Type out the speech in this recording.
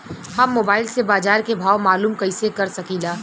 हम मोबाइल से बाजार के भाव मालूम कइसे कर सकीला?